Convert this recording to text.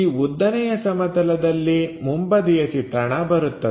ಈ ಉದ್ದನೆಯ ಸಮತಲದಲ್ಲಿ ಮುಂಬದಿಯ ಚಿತ್ರಣ ಬರುತ್ತದೆ